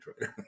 Right